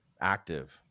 active